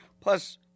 Plus